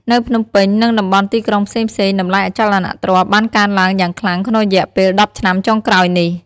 នៅភ្នំពេញ និងតំបន់ទីក្រុងផ្សេងៗ តម្លៃអចលនទ្រព្យបានកើនឡើងយ៉ាងខ្លាំងក្នុងរយៈពេលដប់ឆ្នាំចុងក្រោយនេះ។